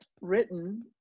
written